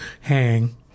hang